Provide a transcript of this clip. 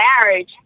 marriage